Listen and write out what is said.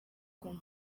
kumwe